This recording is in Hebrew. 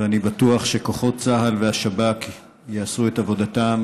ואני בטוח שכוחות צה"ל והשב"כ יעשו את עבודתם